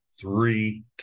three